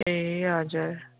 ए हजुर